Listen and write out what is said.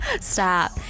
Stop